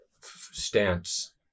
stance